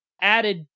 added